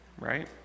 right